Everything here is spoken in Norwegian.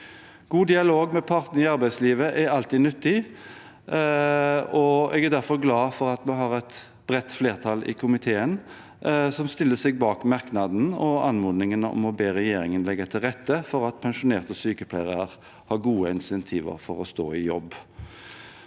God dialog med partene i arbeidslivet er alltid nyttig, og jeg er derfor glad for at vi har et bredt flertall i komiteen som stiller seg bak merknaden og anmodningen om å be regjeringen legge til rette for at pensjonerte sykepleiere har gode insentiver for å stå i jobb,